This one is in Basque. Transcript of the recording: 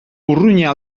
urruña